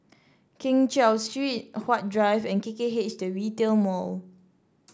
Keng Cheow Street Huat Drive and K K H The Retail Mall